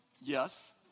Yes